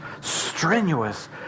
strenuous